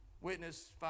Witness